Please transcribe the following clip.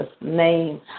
name